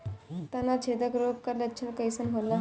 तना छेदक रोग का लक्षण कइसन होला?